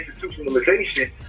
institutionalization